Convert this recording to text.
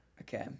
Okay